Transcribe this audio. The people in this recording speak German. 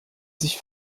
sich